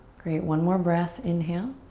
great, one more breath, inhale.